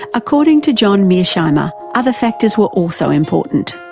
according to john mearsheimer other factors were also important.